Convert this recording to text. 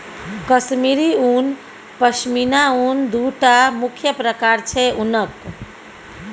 कश्मीरी उन, पश्मिना उन दु टा मुख्य प्रकार छै उनक